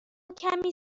کمی